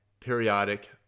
periodic